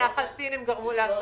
בנחל צין הם גרמו לאסונות.